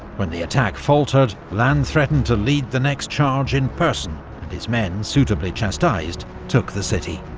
when the attack faltered, lannes threatened to lead the next charge in person and his men, suitably chastised, took the city.